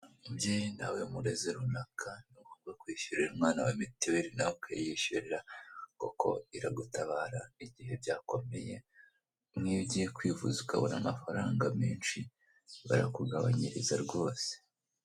Abantu benshi batandukanye bamwe baricaye abandi barahagaze umwe muri bo afite ibendera rifite amabara atatu atandukanye, harimo ibara ry'ubururu, ibara ry'umuhondo, n'ibara ry'icyatsi kibisi.